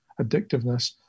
addictiveness